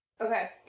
Okay